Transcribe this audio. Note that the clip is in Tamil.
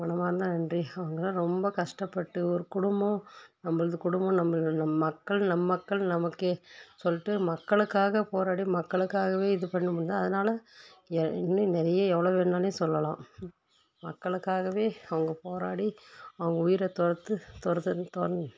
மனமார்ந்த நன்றி அவர்களாம் ரொம்ப கஷ்டப்பட்டு ஒரு குடும்பம் நம்பளது குடும்பம் நம்ப நம் மக்கள் நம் மக்கள் நமக்கே சொல்லிட்டு மக்களுக்காக போராடி மக்களுக்காகவே இது பண்ணிணவங்க அதனாலே இன்னும் நிறைய எவ்வளோ வேணும்னாலும் சொல்லலாம் மக்களுக்காகவே அவங்க போராடி அவங்க உயிரைத் துறத்து தொறத்துருந்து துறந்